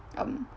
um